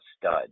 stud